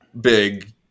big